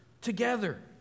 together